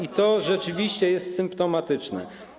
i to rzeczywiście jest symptomatyczne.